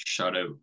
shutout